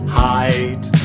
hide